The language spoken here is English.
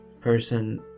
person